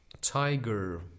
tiger